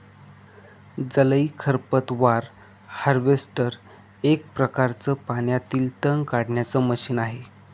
जलीय खरपतवार हार्वेस्टर एक प्रकारच पाण्यातील तण काढण्याचे मशीन आहे